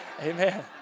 Amen